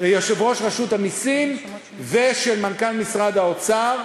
יושב-ראש רשות המסים ושל מנכ"ל משרד האוצר,